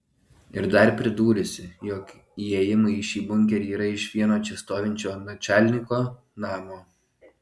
ir dar pridūrusi jog įėjimai į šį bunkerį yra iš vieno čia stovinčio načalniko namo